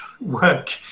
work